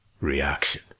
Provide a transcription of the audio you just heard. reaction